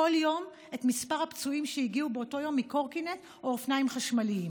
כל יום את מספר הפצועים שהגיעו באותו יום מקורקינט או מאופניים חשמליים.